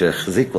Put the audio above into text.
שהחזיק אותנו,